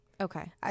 Okay